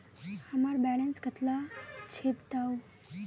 हमार बैलेंस कतला छेबताउ?